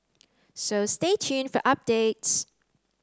so stay tuned for updates